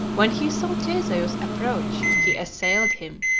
when he saw theseus approach he assailed him,